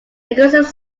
aggressive